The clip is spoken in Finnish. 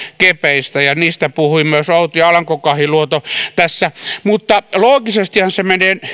kepeistä ja niistä puhui myös outi alanko kahiluoto tässä mutta loogisestihan se